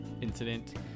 incident